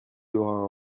auras